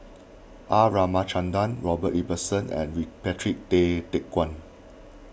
R Ramachandran Robert Ibbetson and RePatrick Tay Teck Guan